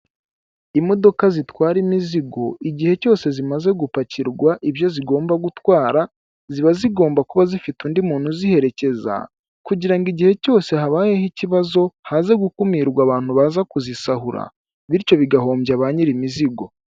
Imodoka zitwara imizigo igihe cyose zimaze gupakirwa ibyo zigomba gutwara, ziba zigomba kuba zifite undi muntu uziherekeza kugira ngo igihe cyose habayeho ikibazo haze gukumirwa abantu baza kuzisahura, bityo bigahombya ba nyir'imizigo.